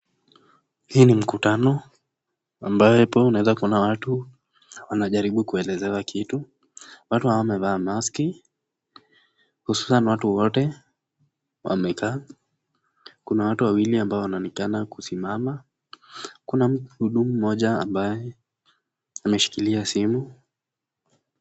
Hii ni mkutano ambapo unaweza kuona watu wanajaribu kuelezewa kitu, watu hawa wamevaa maski, hususan watu wote wamekaa, kuna watu wawili ambao wanaonekana kusimama, kuna mhudumu mmoja ambaye ameshikilia simu.